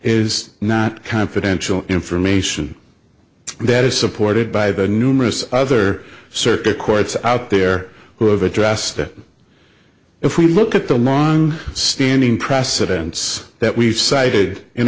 is not confidential information that is supported by the numerous other circuit courts out there who have addressed that if we look at the long standing precedence that we've cited in